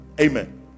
Amen